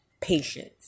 patience